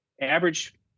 average